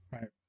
Right